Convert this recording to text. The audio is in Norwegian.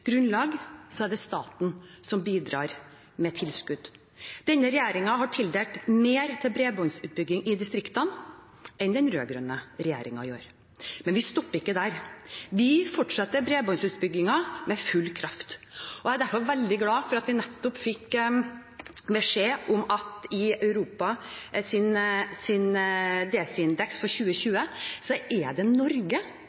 grunnlag, er det staten som bidrar med tilskudd. Denne regjeringen har tildelt mer til bredbåndsutbygging i distriktene enn det den rød-grønne regjeringen gjorde. Men vi stopper ikke der. Vi fortsetter bredbåndsutbyggingen med full kraft, og jeg er derfor veldig glad for at vi nettopp fikk beskjed om at i